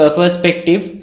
perspective